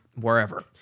wherever